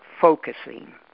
focusing